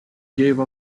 gave